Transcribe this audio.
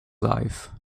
life